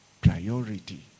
Priority